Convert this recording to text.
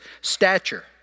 stature